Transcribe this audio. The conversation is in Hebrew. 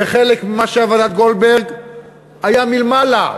וחלק ממה שהיה בוועדת גולדברג היה מלמעלה,